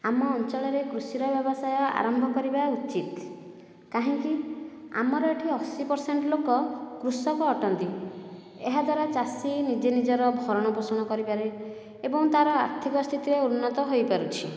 ଆମ ଅଞ୍ଚଳରେ କୃଷିର ବ୍ୟବସାୟ ଆରମ୍ଭ କରିବା ଉଚିତ କାହିଁକି ଆମର ଏଠି ଅଶୀ ପର୍ସେଣ୍ଟ ଲୋକ କୃଷକ ଅଟନ୍ତି ଏହାଦ୍ୱାରା ଚାଷୀ ନିଜେ ନିଜର ଭରଣ ପୋଷଣ କରିପାରେ ଏବଂ ତାର ଆର୍ଥିକ ସ୍ଥିତିରେ ଉନ୍ନତ ହୋଇପାରୁଛି